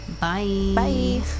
Bye